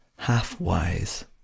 half-wise